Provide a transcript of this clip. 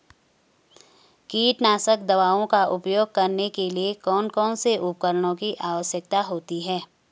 कीटनाशक दवाओं का उपयोग करने के लिए कौन कौन से उपकरणों की आवश्यकता होती है?